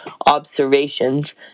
observations